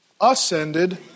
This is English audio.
ascended